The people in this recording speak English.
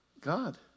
God